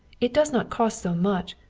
it does not cost so much.